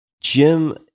Jim